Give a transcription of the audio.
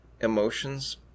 emotions